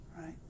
right